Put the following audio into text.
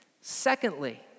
Secondly